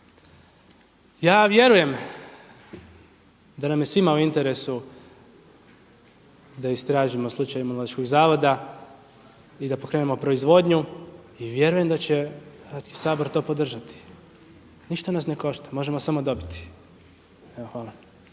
Ja vjerujem da nam je svima u interesu da istražimo slučaj Imunološkog zavoda i da pokrenemo proizvodnju i vjerujem da će Hrvatski sabor to podržati. Ništa nas ne košta, možemo samo dobiti. Hvala.